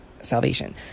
salvation